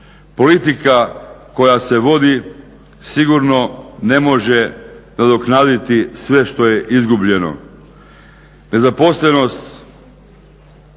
Politika koja se vodi sigurno ne može nadoknaditi sve što je izgubljeno. Nezaposlenost